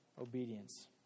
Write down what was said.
obedience